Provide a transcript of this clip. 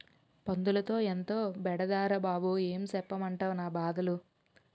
పందులతో ఎంతో బెడదరా బాబూ ఏం సెప్పమంటవ్ నా బాధలు